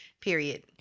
Period